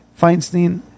Feinstein